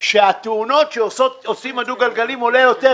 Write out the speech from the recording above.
שהתאונות שעושים הדו גלגליים עולות יותר